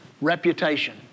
Reputation